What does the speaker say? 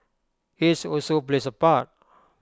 age also plays A part